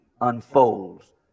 unfolds